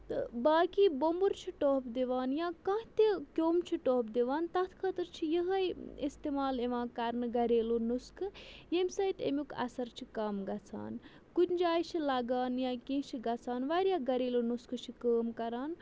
تہٕ باقٕے بوٚمبُر چھُ ٹوٚپھ دِوان یا کانٛہہ تہِ کیوٚم چھِ ٹوٚپھ دِوان تَتھ خٲطرٕ چھِ یِہوٚے اِستعمال یِوان کَرنہٕ گریلوٗ نُسخہٕ ییٚمہِ سۭتۍ اَمیُک اَثَر چھُ کَم گژھان کُنہِ جایہِ چھِ لَگان یا کینٛہہ چھِ گژھان واریاہ گریلوٗ نُسخہٕ چھِ کٲم کَران